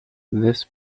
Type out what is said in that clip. this